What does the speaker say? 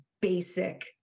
basic